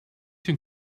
can